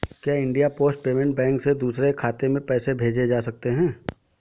क्या India post payment bank से दूसरे खाते में पैसे भेजे जा सकते हैं?